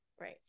right